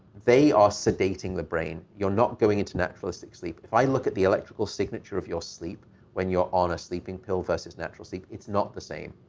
they are sedating the brain. you're not going into naturalistic sleep. if i look at the electrical signature of your sleep when you're on a sleeping pill versus natural sleep, it's not the same.